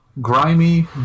grimy